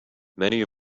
many